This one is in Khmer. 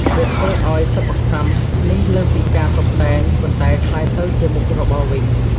វាធ្វើឱ្យសិប្បកម្មនេះលើសពីការតុបតែង ប៉ុន្តែក្លាយទៅជាមុខរបរវិញ។